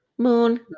Moon